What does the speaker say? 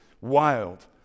wild